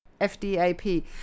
FDAP